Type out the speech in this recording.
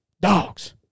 dogs